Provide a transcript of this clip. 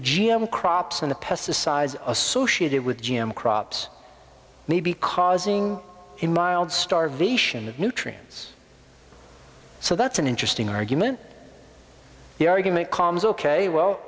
g m crops and the pesticides associated with g m crops may be causing in mild starvation of nutrients so that's an interesting argument the argument calms ok well